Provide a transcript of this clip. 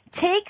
take